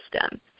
system